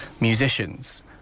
musicians